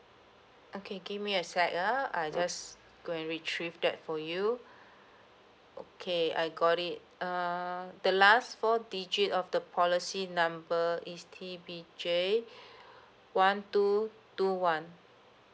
okay give me a second ah I just go and retrieve that for you okay I got it err the last four digit of the policy number is T B J one two two one